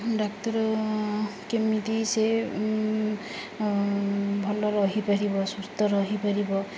ଡାକ୍ତର କେମିତି ସେ ଭଲ ରହିପାରିବ ସୁସ୍ଥ ରହିପାରିବ